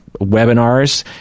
webinars